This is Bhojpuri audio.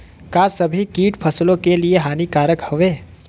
का सभी कीट फसलों के लिए हानिकारक हवें?